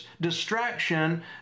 distraction